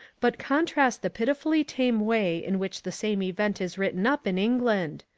but contrast the pitifully tame way in which the same event is written up in england.